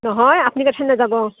নহয় আপুনি কখে নেযাব